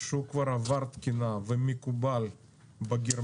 שהוא כבר עבר תקינה והוא מקובל בגרמניה,